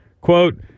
Quote